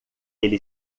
ele